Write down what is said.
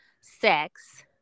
sex